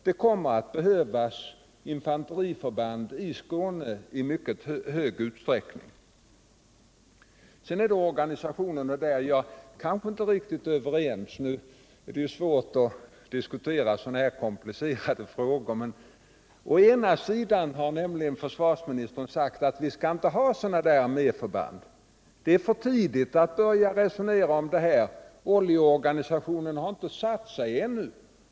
Det kommer att behövas infanteriförband i Skåne i mycket stor utsträckning. Sedan gäller det organisationen, och där håller jag inte riktigt med honom. Försvarsministern har sagt att vi inte skall ha dessa sammansatta arméförband och att det är för tidigt att börja resonera om detta — OLLI organisationen har inte satt sig ännu.